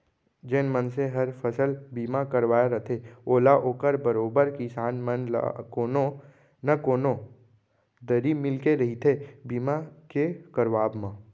जेन मनसे हर फसल बीमा करवाय रथे ओला ओकर बरोबर किसान मन ल कोनो न कोनो दरी मिलके रहिथे बीमा के करवाब म